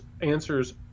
answers